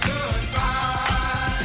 Goodbye